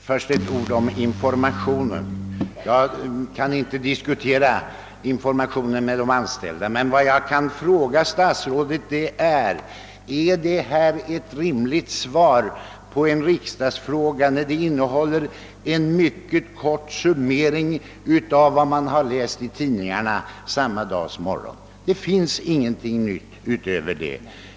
Herr talman! Först ett par ord om informationen! Jag kan inte här diskutera den information som har lämnats de anställda i företaget, men vad jag kan fråga stats rådet är följande: är detta ett rimligt svar på en riksdagsfråga, när det bara innehåller en mycket kort summering av vad man har läst i tidningarna samma dags morgon? Det finns ingenting nytt i svaret utöver detta.